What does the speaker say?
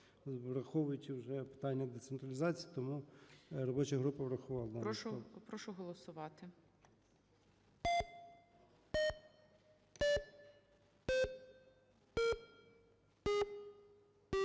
враховуючи вже питання децентралізації. Тому робоча група врахувала дану поправку.